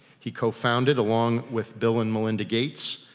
he co-founded, along with bill and melinda gates,